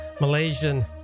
malaysian